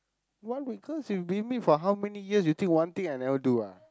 why because you been with me for how many years you think one thing I never do ah